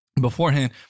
beforehand